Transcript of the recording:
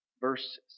verses